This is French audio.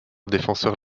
défenseur